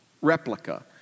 replica